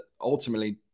ultimately